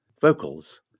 Vocals